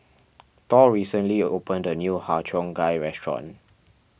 Thor recently opened a new Har Cheong Gai restaurant